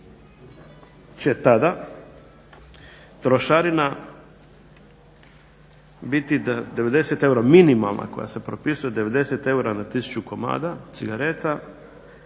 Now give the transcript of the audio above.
će tada trošarina biti 90 eura minimalna koja se propisuje, 90 eura na tisuću komada cigareta